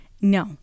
No